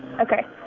Okay